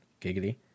Giggity